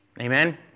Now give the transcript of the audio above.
Amen